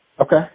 Okay